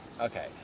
Okay